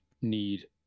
need